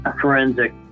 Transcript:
forensic